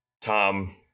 tom